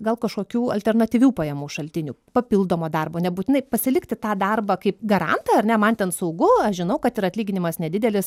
gal kažkokių alternatyvių pajamų šaltinių papildomo darbo nebūtinai pasilikti tą darbą kaip garantą ar ne man ten saugu aš žinau kad ir atlyginimas nedidelis